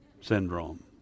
syndrome